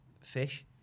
fish